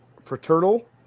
fraternal